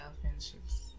friendships